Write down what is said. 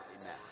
Amen